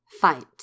fight